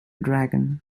dragon